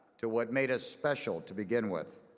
to what made us special to begin with.